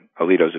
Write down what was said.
Alito's